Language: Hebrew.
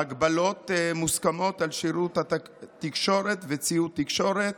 (הגבלות מוסכמות על שירות תקשורת וציוד תקשורת),